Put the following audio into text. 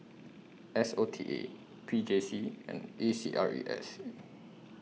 S O T A P J C and A C R E S